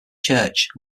church